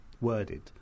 worded